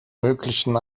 möglichen